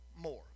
more